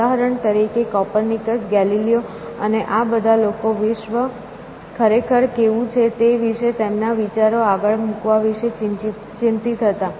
ઉદાહરણ તરીકે Copernicus Galileo અને આ બધા લોકો વિશ્વ ખરેખર કેવું છે તે વિશે તેમના વિચારો આગળ મૂકવા વિશે ચિંતિત હતા